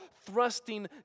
thrusting